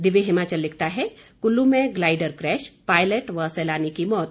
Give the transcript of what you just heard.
दिव्य हिमाचल लिखता है कुल्लू में ग्लाइडर क्रैश पायलट व सैलानी की मौत